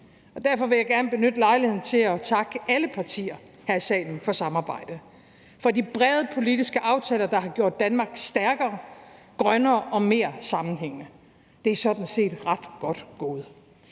derfor vil jeg gerne benytte lejligheden til at takke alle partier her i salen for samarbejdet, for de brede politiske aftaler, der har gjort Danmark stærkere, grønnere og mere sammenhængende. Det er sådan set ret godt gået.